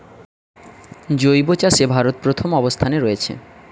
জৈব চাষে ভারত প্রথম অবস্থানে রয়েছে